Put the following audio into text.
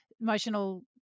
emotional